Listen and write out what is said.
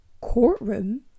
courtroom